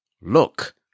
Look